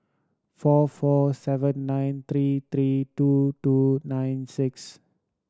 four four seven nine three three two two nine six